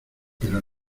pero